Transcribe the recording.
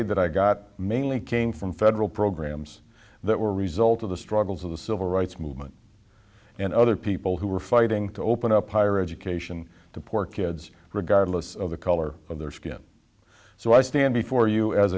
aid that i got mainly came from federal programs that were a result of the struggles of the civil rights movement and other people who were fighting to open up higher education to poor kids regardless of the color of their skin so i stand before you as